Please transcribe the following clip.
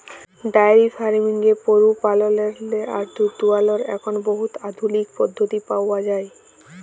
diary ফার্মিংয়ে গরু পাললেরলে আর দুহুদ দুয়ালর এখল বহুত আধুলিক পদ্ধতি পাউয়া যায়